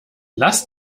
lass